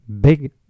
big